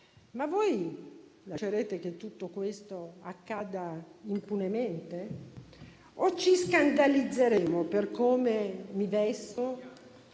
Ma voi lascerete che tutto questo accada impunemente? O ci scandalizzeremo per come mi vesto,